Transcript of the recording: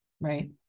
right